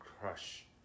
crush